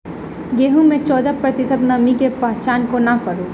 गेंहूँ मे चौदह प्रतिशत नमी केँ पहचान कोना करू?